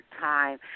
time